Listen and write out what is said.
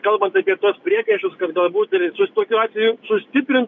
kalbant apie tuos priekaištus kad galbūt ir su tokiu atveju sustiprin